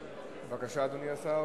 בבקשה, אדוני השר.